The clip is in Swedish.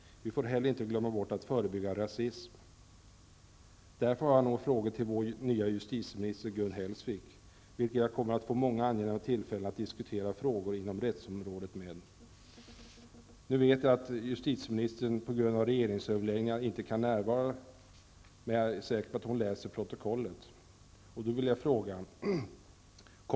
Vi får inte heller glömma bort att förebygga rasism. Hellsvik, vilken jag kommer att få många angenäma tillfällen att diskutera frågor inom rättsområdet med. Jag vet att justitieministern på grund av regeringsöverläggningar inte kan närvara nu, men jag är säker på att hon läser protokollet.